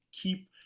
keep